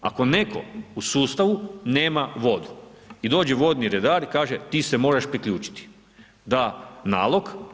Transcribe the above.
Ako netko u sustavu nema vodu i dođe vodni redar i kaže ti se moraš priključiti, da nalog.